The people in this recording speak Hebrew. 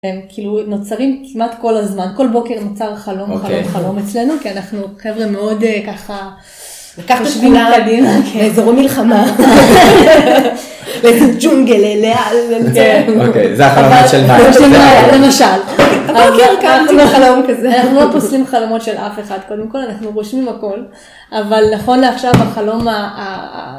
כאילו נוצרים כמעט כל הזמן כל בוקר נוצר חלום חלום חלום אצלנו כי אנחנו חברה מאוד ככה. איזה מלחמה. זה חלום של חלומות של אף אחד קודם כל אנחנו רושמים הכל אבל נכון עכשיו החלום.